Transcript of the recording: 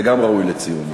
וגם זה ראוי לציון.